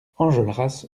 enjolras